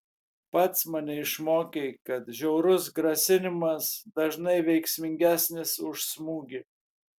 pats mane išmokei kad žiaurus grasinimas dažnai veiksmingesnis už smūgį